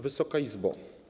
Wysoka Izbo!